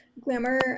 Glamour